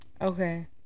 Okay